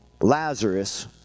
Lazarus